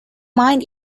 mind